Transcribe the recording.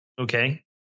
Okay